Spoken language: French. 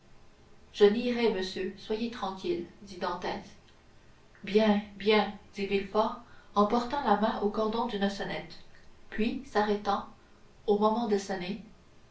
je nierai monsieur soyez tranquille dit dantès bien bien dit villefort en portant la main au cordon d'une sonnette puis s'arrêtant au moment de sonner